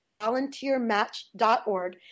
volunteermatch.org